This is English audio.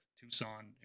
Tucson